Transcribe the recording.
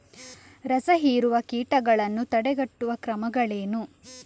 ರಸಹೀರುವ ಕೀಟಗಳನ್ನು ತಡೆಗಟ್ಟುವ ಕ್ರಮಗಳೇನು?